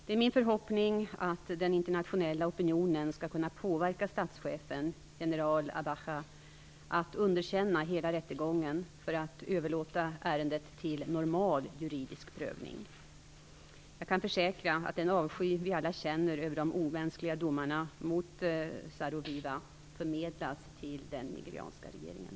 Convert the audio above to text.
Det är min förhoppning att den internationella opinionen skall kunna påverka statschefen, general Abacha, att underkänna hela rättegången för att överlåta ärendet till normal juridisk prövning. Jag kan försäkra att den avsky vi alla känner över de omänskliga domarna mot Saro-Wiwa förmedlas till den nigerianska regeringen.